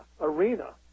arena